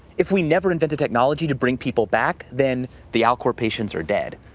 if we never invented technology to bring people back then the alcor patients are dead.